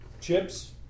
chips